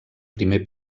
primer